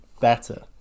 better